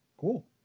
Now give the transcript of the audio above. cool